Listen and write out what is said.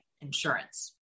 insurance